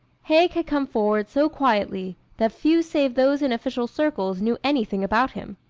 haig had come forward so quietly that few save those in official circles knew anything about him.